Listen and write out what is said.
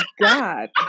God